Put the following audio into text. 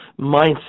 mindset